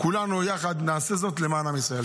כולנו יחד נעשה זאת למען עם ישראל.